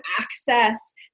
access